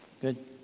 Good